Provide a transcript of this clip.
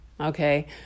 okay